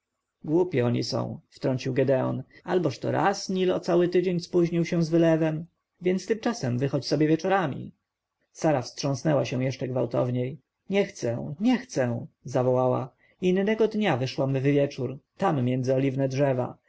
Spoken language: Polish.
głupi oni są wtrącił gedeon alboż to raz nil o cały tydzień spóźnił się z wylewem więc tymczasem wychodź sobie wieczorami sara wstrząsnęła się jeszcze gwałtowniej nie chcę nie chcę zawołała innego dnia wyszłam w wieczór